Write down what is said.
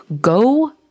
go